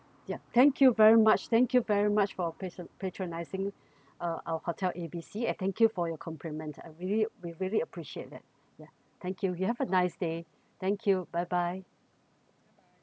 ya thank you very much thank you very much for pleasant patronizing uh our hotel A B C and thank you for your compliment I really we really appreciate that ya thank you you have a nice day thank you bye bye